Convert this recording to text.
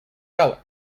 color